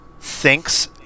thinks